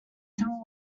tongue